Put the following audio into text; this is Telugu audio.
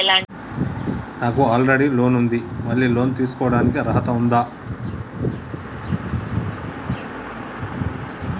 నాకు ఆల్రెడీ లోన్ ఉండి మళ్ళీ లోన్ తీసుకోవడానికి అర్హత ఉందా?